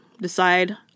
decide